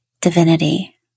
divinity